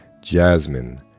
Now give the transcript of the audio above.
jasmine